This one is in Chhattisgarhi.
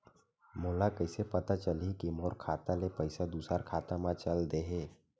मोला कइसे पता चलही कि मोर खाता ले पईसा दूसरा खाता मा चल देहे?